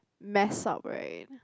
mess up right